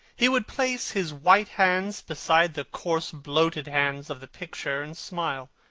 he would place his white hands beside the coarse bloated hands of the picture, and smile.